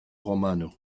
romano